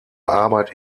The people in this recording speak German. arbeit